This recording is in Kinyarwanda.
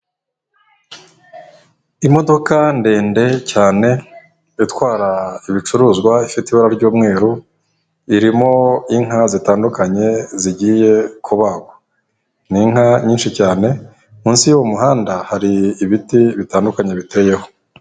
Imodoka ndende cyane itwara ibicuruzwa ifite ibara ry'umweru irimo inka zitandukanye zigiye kubagwa n'inka nyinshi cyane munsi y'uwo muhanda hari ibiti bitandukanye biteyeho.